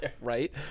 Right